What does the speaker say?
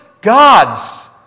God's